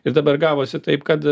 ir dabar gavosi taip kad